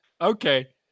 Okay